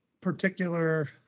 particular